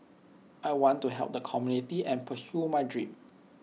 I want to help the community and pursue my dream